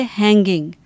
hanging